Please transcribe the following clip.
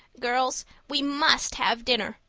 girls, we must have dinner.